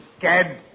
cad